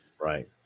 Right